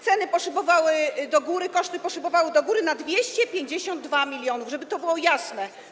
Ceny poszybowały do góry, koszty poszybowały do góry - do 252 mln, żeby było jasne.